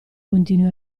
continui